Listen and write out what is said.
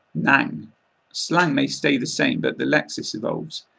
nang slang may stay the same but the lexis evolves.